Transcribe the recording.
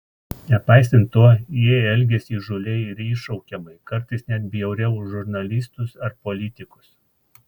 nepaisant to jie elgėsi įžūliai ir iššaukiamai kartais net bjauriau už žurnalistus ar politikus